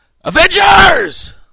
Avengers